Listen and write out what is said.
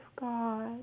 God